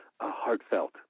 heartfelt